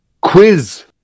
quiz